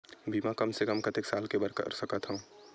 बीमा कम से कम कतेक साल के बर कर सकत हव?